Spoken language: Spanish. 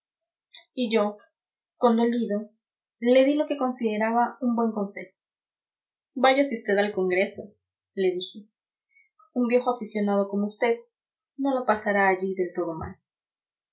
y yo condolido le di lo que consideraba un buen consejo váyase usted al congreso le dije un viejo aficionado como usted no lo pasará allí del todo mal